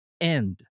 end